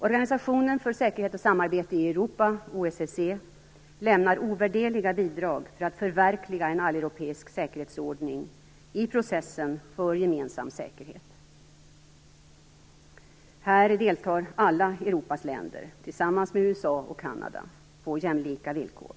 Organisationen för säkerhet och samarbete i Europa, OSSE, lämnar ovärderliga bidrag för att förverkliga en alleuropeisk säkerhetsordning i processen för gemensam säkerhet. Här deltar alla Europas länder, tillsammans med USA och Kanada, på jämlika villkor.